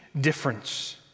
difference